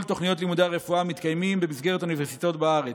תוכניות לימודי הרפואה המתקיימים במסגרת אוניברסיטאות בארץ.